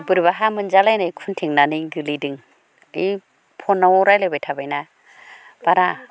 बोरैबा हा मोनजालायनाय खुन्थेंनानै गोलैदों बै फनाव रायज्लायबाय थाबायना बारा